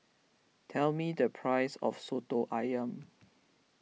tell me the price of Soto Ayam